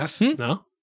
No